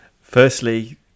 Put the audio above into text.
Firstly